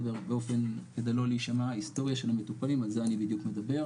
על זה אני בדיוק מדבר,